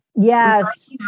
Yes